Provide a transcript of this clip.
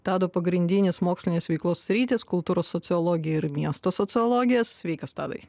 tado pagrindinės mokslinės veiklos sritys kultūros sociologija ir miesto sociologija sveikas tadai